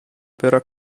pera